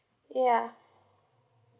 ya